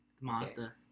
Mazda